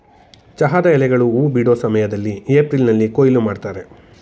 ಚಹಾದ ಎಲೆಗಳು ಹೂ ಬಿಡೋ ಸಮಯ್ದಲ್ಲಿ ಏಪ್ರಿಲ್ನಲ್ಲಿ ಕೊಯ್ಲು ಮಾಡ್ತರೆ